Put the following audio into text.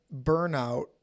burnout